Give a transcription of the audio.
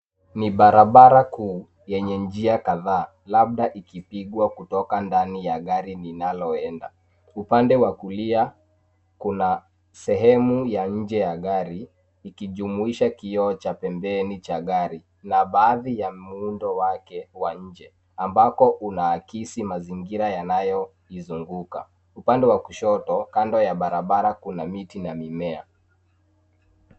Ni barabara kuu, yenye njia kadhaa, labda ikipigwa kutoka ndani ya gari linaloenda. Upande wa kulia, kuna sehemu ya nje ya gari, ikijumuisha kioo cha pembeni cha gari, na baadhi ya muundo wake wa nje, ambako unaakisi mazingira yanayoizunguka. Upande wa kushoto, kando ya barabara kuna miti na mimea.